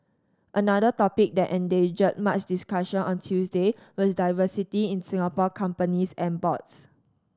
another topic that engendered much discussion on Tuesday was diversity in Singapore companies and boards